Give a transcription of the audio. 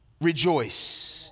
rejoice